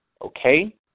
okay